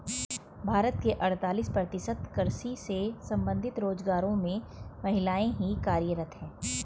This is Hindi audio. भारत के अड़तालीस प्रतिशत कृषि से संबंधित रोजगारों में महिलाएं ही कार्यरत हैं